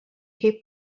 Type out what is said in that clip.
cape